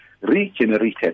regenerated